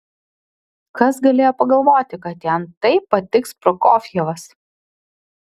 kas galėjo pagalvoti kad jam taip patiks prokofjevas